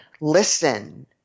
listen